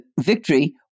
victory